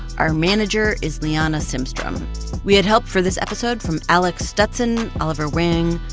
our manager is liana simstrom we had help for this episode from alec stutson, oliver wang,